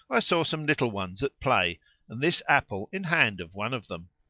i saw some little ones at play and this apple in hand of one of them.